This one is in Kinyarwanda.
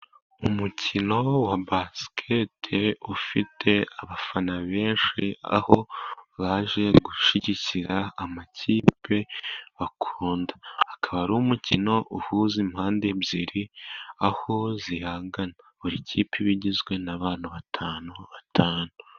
Umukino wa basikete ufite abafana benshi, aho baje gushyigikira amakipe bakunda, akaba ari umukino uhuza impande ebyiri aho zihangana, buri kipe iba igizwe n'abantu batanu batanu.